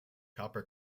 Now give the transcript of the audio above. copper